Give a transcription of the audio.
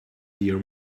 their